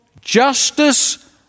justice